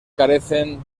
carecen